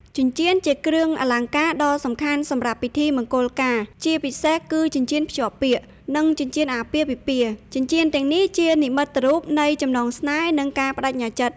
ចិញ្ចៀន ជាគ្រឿងអលង្ការដ៏សំខាន់សម្រាប់ពិធីមង្គលការ ជាពិសេសគឺចិញ្ចៀនភ្ជាប់ពាក្យ និងចិញ្ចៀនអាពាហ៍ពិពាហ៍។ ចិញ្ចៀនទាំងនេះជានិមិត្តរូបនៃចំណងស្នេហ៍ និងការប្តេជ្ញាចិត្ត។